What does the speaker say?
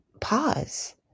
pause